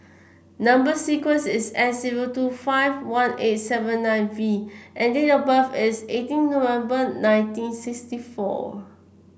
number sequence is S zero two five one eight seven nine V and date of birth is eighteen November nineteen sixty four